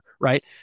right